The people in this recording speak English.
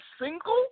single